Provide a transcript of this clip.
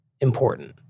important